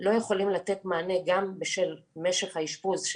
לא יכולים לתת מענה גם בשל משך האשפוז,